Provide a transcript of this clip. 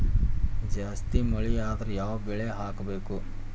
ಜಾಸ್ತಿ ಮಳಿ ಆದ್ರ ಯಾವ ಬೆಳಿ ಹಾಕಬೇಕು?